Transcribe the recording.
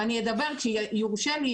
וכשיורשה לי,